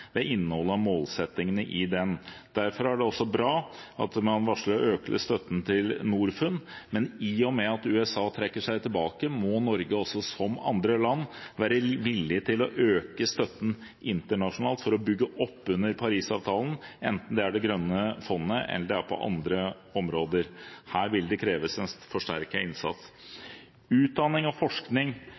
ved innholdet og målsettingene i den. Derfor er det også bra at man varsler å øke støtten til Norfund, men i og med at USA trekker seg tilbake, må Norge også – som andre land – være villig til å øke støtten internasjonalt for å bygge opp under Paris-avtalen, enten det er det grønne fondet eller det er på andre områder. Her vil det kreves en forsterket innsats. Utdanning og forskning